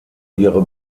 ihre